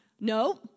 no